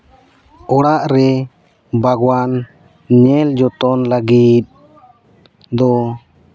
ᱚᱲᱟᱜ ᱨᱮ ᱵᱟᱜᱽᱣᱟᱱ ᱧᱮᱞ ᱡᱚᱛᱚᱱ ᱞᱟᱹᱜᱤᱫ ᱫᱚ